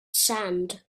sand